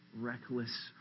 reckless